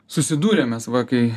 susidūrėm mes va kai